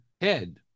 head